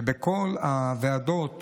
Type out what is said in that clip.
ובכל הוועדות